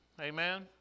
Amen